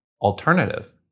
alternative